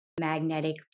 magnetic